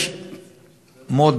יש מודה